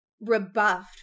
rebuffed